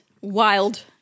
wild